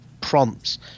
prompts